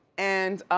and,